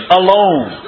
alone